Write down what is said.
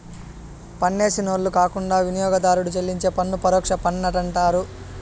పన్నేసినోళ్లు కాకుండా వినియోగదారుడు చెల్లించే పన్ను పరోక్ష పన్నంటండారు